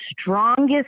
strongest